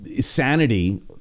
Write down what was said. sanity